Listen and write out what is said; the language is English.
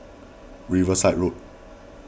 Riverside Road